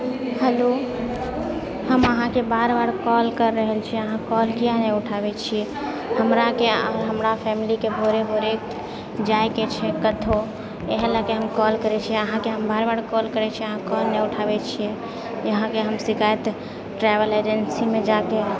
hello हम अहाँके बार बार कॉल कऽ रहल छी अहाँ कॉल किआ नहि उठाबै छिऐ हमराके हमरा फैमिलीके भोरे भोरे जाएके छै कतहुँ इहए लएके हम कॉल करै छी अहाँकेँ हम बार बार कॉल करै छी अहाँ कॉल नहि उठाबै छिऐ अहाँकेँ हम शिकायत ट्रेवल एजेन्सीमे जाएके